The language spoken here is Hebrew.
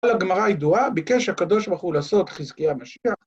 כל הגמרא הידועה ביקש הקב"ה לעשות חזקי המשיח.